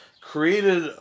created